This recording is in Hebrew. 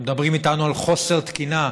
מדברים איתנו על חוסר תקינה.